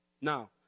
Now